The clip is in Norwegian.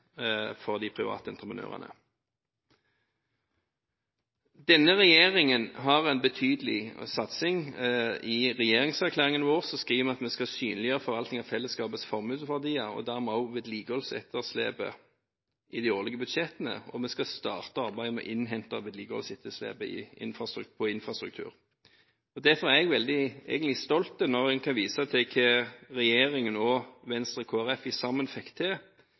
for de private entreprenørene utslag i mange av de negative tingene som er nevnt her. Denne regjeringen satser betydelig. I regjeringserklæringen skriver vi at vi skal «Synliggjøre forvaltningen av fellesskapets formuesverdier, og dermed også vedlikeholdsetterslepet, i de årlige budsjetter.» Og vi skal «Starte arbeidet med å innhente vedlikeholdsetterslepet på infrastruktur.» Derfor er jeg litt stolt når jeg kan vise til hva regjeringen, Venstre og Kristelig Folkeparti sammen har fått til.